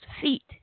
feet